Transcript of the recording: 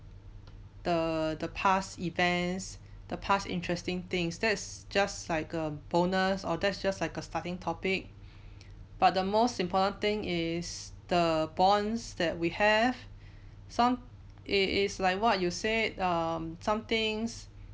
the the past events the past interesting things that's just like a bonus or that's just like a starting topic but the most important thing is the bonds that we have some it is like what you said um somethings